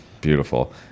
Beautiful